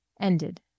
ended